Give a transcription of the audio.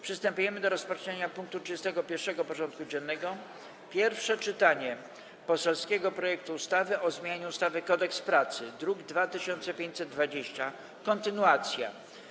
Przystępujemy do rozpatrzenia punktu 31. porządku dziennego: Pierwsze czytanie poselskiego projektu ustawy o zmianie ustawy Kodeks pracy (druk nr 2520) - kontynuacja.